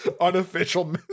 Unofficial